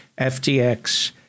FTX